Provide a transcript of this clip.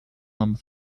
number